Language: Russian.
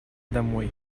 домой